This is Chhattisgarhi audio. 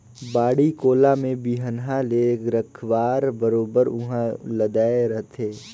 बाड़ी कोला में बिहन्हा ले रखवार बरोबर उहां लदाय रहथे